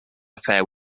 affair